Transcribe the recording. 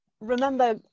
remember